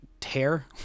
tear